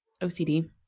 OCD